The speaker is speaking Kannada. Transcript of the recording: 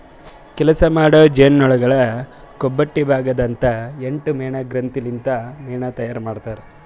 ಕೆಲಸ ಮಾಡೋ ಜೇನುನೊಣಗೊಳ್ ಕೊಬ್ಬೊಟ್ಟೆ ಭಾಗ ದಾಂದು ಎಂಟು ಮೇಣ ಗ್ರಂಥಿ ಲಿಂತ್ ಮೇಣ ತೈಯಾರ್ ಮಾಡ್ತಾರ್